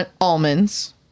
almonds